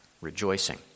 rejoicing